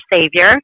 Savior